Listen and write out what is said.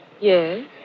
Yes